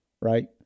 right